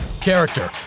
character